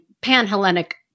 pan-Hellenic